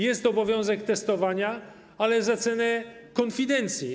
Jest obowiązek testowania, ale za cenę konfidencji.